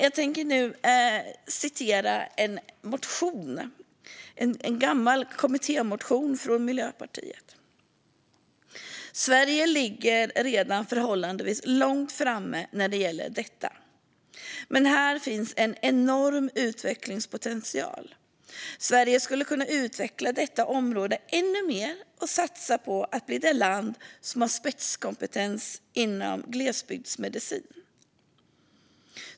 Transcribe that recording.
Jag tänker nu citera en gammal kommittémotion från Miljöpartiet: "Sverige ligger redan förhållandevis långt fram när det gäller detta. Men här finns en enorm utvecklingspotential. Sverige skulle kunna utveckla detta område ännu mer och satsa på att bli det land som har spetskompetensen inom glesbygdsmedicin."